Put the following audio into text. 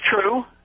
true